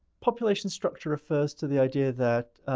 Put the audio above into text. population structure refers to the idea that